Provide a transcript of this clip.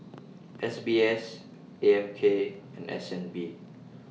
S B S A M K and S N B